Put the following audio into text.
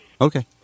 Okay